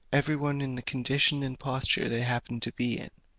every one in the condition and posture they happened to be in.